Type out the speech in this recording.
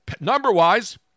number-wise